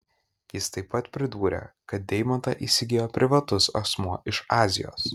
jis taip pat pridūrė kad deimantą įsigijo privatus asmuo iš azijos